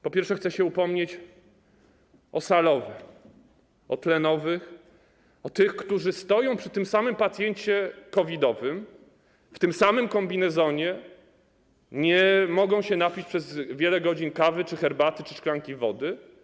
Po pierwsze, chcę się upomnieć o salowe, o tlenowych, o tych, którzy stoją przy tym samym pacjencie COVID-owym w tym samym kombinezonie, nie mogą się napić przez wiele godzin kawy czy herbaty, czy szklanki wody.